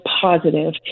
positive